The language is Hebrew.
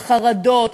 לחרדות,